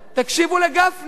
תקשיבו לגפני,